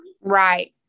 right